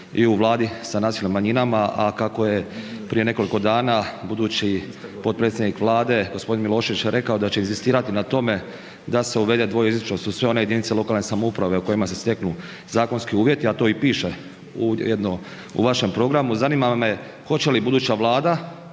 i u Vladi sa nacionalnim manjinama a kako je prije nekoliko dana budući potpredsjednik Vlade g. Milošević rekao da će inzistirati na tome da se uvede dvojezičnost u sve one jedinice lokalne jedinice u kojima se steknu zakonski uvjeti a to i piše u vašem programu, zanima me hoće li buduća Vlada